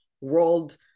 world